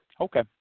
Okay